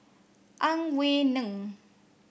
Ang Wei Neng